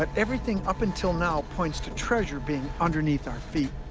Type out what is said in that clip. but everything up until now points to treasure being underneath our feet.